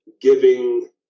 giving